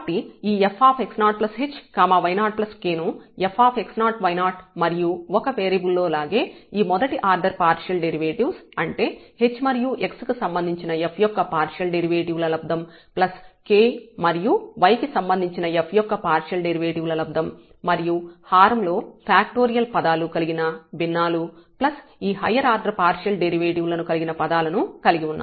h∂xk∂ynfx0y0Rn కాబట్టి ఈ fx0hy0k ను fx0y0 మరియు ఒక వేరియబుల్ లో లాగే ఈ మొదటి ఆర్డర్ పార్షియల్ డెరివేటివ్స్ అంటే h మరియు x కి సంబంధించిన f యొక్క పార్షియల్ డెరివేటివ్ ల లబ్దం ప్లస్ k మరియు y కి సంబంధించిన f యొక్క పార్షియల్ డెరివేటివ్ ల లబ్దం మరియు హారం లో ఫ్యాక్టోరియల్ పదాలు కలిగిన భిన్నాలు ప్లస్ ఈ హయ్యర్ ఆర్డర్ పార్షియల్ డెరివేటివ్ లను కలిగిన పదాలను కలిగి ఉన్నాము